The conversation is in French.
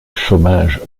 chômage